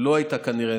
שלא הייתה כנראה,